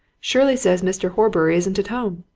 shirley says mr. horbury isn't at home?